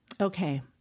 Okay